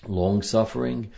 long-suffering